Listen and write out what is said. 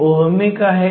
71 volt येते